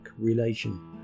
relation